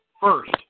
first